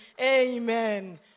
Amen